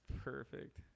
perfect